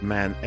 Man